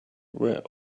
where